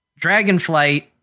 Dragonflight